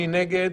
מי נגד?